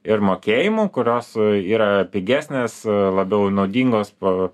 ir mokėjimų kurios yra pigesnės labiau naudingos po